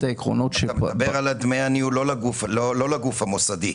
העקרונות --- אתה מדבר על דמי הניהול לא לגוף המוסדי.